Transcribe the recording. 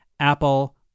Apple